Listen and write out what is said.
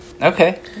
Okay